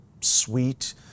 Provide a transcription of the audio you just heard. sweet